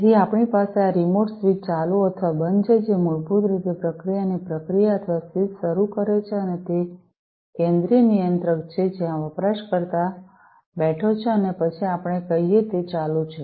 તેથી આપણી પાસે આ રિમોટ સ્વીચ ચાલુ અથવા બંધ છે જે મૂળભૂત રીતે પ્રક્રિયાની પ્રક્રિયા અથવા સ્વિચ શરૂ કરે છે અને તે તે કેન્દ્રીય નિયંત્રક છે જ્યાં વપરાશકર્તા બેઠો છે અને પછી આપણે કહીએ કે તે ચાલુ છે